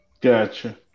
Gotcha